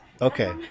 okay